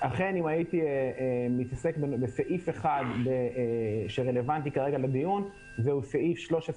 אכן אם הייתי מתעסק בסעיף אחד שרלוונטי כרגע לדיון זהו סעיף 13